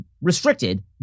restricted